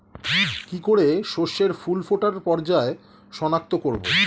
কি করে শস্যের ফুল ফোটার পর্যায় শনাক্ত করব?